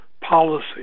policy